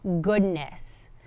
goodness